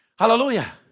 Hallelujah